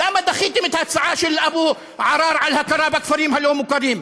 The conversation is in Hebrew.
למה דחיתם את ההצעה של אבו עראר על הכרה בכפרים הלא-מוכרים?